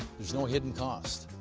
no hidden cost.